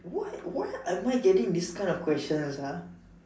why why am I getting this kind of question that's are